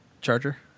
charger